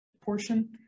portion